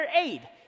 aid